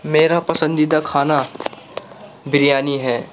میرا پسندیدہ کھانا بریانی ہے